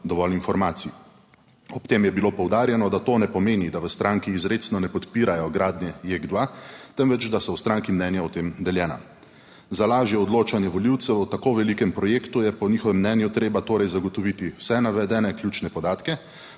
dovolj informacij. Ob tem je bilo poudarjeno, da to ne pomeni, da v stranki izrecno ne podpirajo gradnje JEK 2, temveč da so v stranki mnenja o tem deljena. Za lažje odločanje volivcev o tako velikem projektu je po njihovem mnenju treba torej zagotoviti vse navedene ključne podatke,